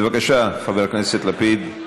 בבקשה, חבר הכנסת לפיד,